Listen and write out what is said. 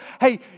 hey